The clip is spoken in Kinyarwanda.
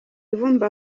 ivumbi